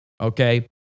Okay